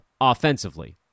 offensively